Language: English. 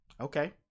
Okay